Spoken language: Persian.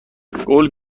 قول